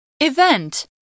Event